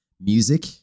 music